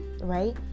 right